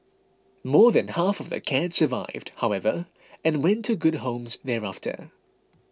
more than half of the cats survived however and went to good homes thereafter